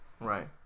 Right